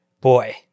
boy